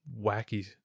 wacky